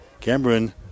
Cameron